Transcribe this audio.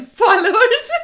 followers